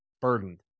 burdened